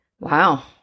Wow